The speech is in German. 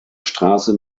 straße